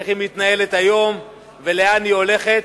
איך היא מתנהלת היום ולאן היא הולכת,